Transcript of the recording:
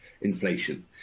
inflation